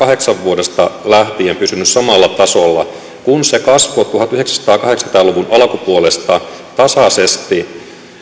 tuottavuus on vuodesta kaksituhattakahdeksan lähtien pysynyt samalla tasolla kun se kasvoi tuhatyhdeksänsataakahdeksankymmentä luvun alkupuolesta tasaisesti